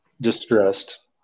distressed